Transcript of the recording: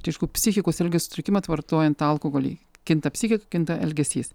čia aišku psichikos irgi sutrikimas vartojant alkoholį kinta psichika kinta elgesys